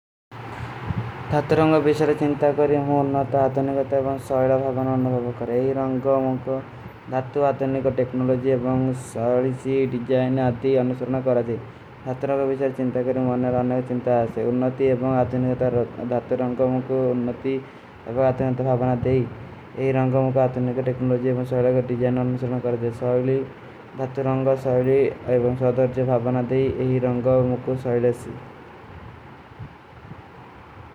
ଧାତ୍ତୋ ରଂଗ କେ ବିଶାରେ ଚ୍ଂଦା କରେଂ ମୁଝେ ଅନ୍ଭଵ ଥା ଅତନିକାତା ଏବଂ ଶୋଯଲା ଅନ୍ଭଵ ଥା ଅତନିକାତା ଏବଂ ଶୋଯଲା ଭାଵନ ଅନ୍ଭଵ କରେଂ। ଯେ ହୀ ରଂଗ ମୁଖୋ ଧାତ୍ତୁ ଆତନୀକା ଟ୍କନୋଲୋଜୀ ଏବଂ ଶୋଯଲାଥା ଵୋ ଡିଜାନ ଅପନଂଜ କରେଂ। ଭାତ୍ତୋରଯାନଵୁଶଟ ଚିଂଫତା କେ ମୁଝେନେ କା ଚିଂଫତା ହୈ। ଉନ୍ନତୀ ଐବଂ, ହାତୁନିକତା ଭାପନା ଦେହୀ। ଯେହୀ ରଙ୍ଗାମୋ କା ହାତୁନିକ ଟେକନୋଲୌଜୀ ଏବଂ ସହୀଲା ଇକ ଢିଜାଇନ ନରଣ ସୁଲମ କରନେ ସହୁଲେ। ଭାତ ରଂଗା ସହଲେ ଏବନ ସଦର୍ଜେ ଭାଵନା ଦେଈ ଏହୀ ରଂଗା ମୁକୋ ସହଲେ ସୀ।